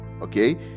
okay